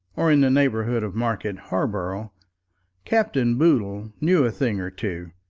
or in the neighbourhood of market harborough captain boodle knew a thing or two,